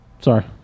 Sorry